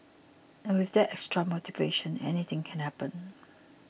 and with that extra motivation anything can happen